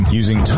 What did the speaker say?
using